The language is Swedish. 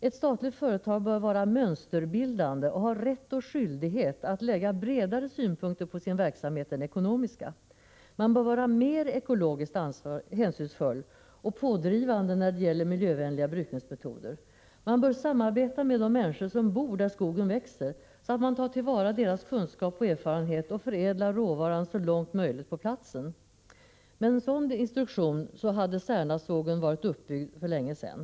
Ett statligt företag bör vara mönsterbildande och ha rätt och skyldighet att anlägga bredare synpunkter på sin verksamhet än ekonomiska. Man bör vara mer ekologiskt hänsynsfull och pådrivande när det gäller miljövänliga brukningsmetoder. Man bör samarbeta med de människor som bor där skogen växer, så att man tar till vara deras kunskap och erfarenhet och förädlar råvaran så långt möjligt på platsen. Med en sådan instruktion hade Särnasågen varit Prot. 1985/86:104 uppbyggd för länge sedan.